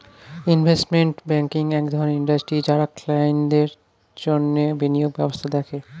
investment banking এক ধরণের industry যারা ক্লায়েন্টদের জন্যে বিনিয়োগ ব্যবস্থা দেখে